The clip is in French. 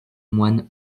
moine